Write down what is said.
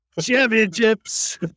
Championships